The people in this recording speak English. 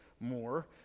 more